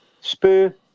Spur